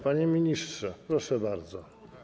Panie ministrze, proszę bardzo.